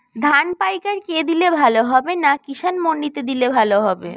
ধান পাইকার কে দিলে ভালো হবে না কিষান মন্ডিতে দিলে ভালো হবে?